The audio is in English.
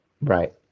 right